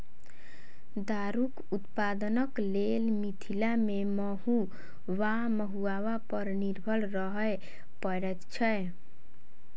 दारूक उत्पादनक लेल मिथिला मे महु वा महुआ पर निर्भर रहय पड़ैत छै